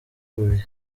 bubiri